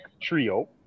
trio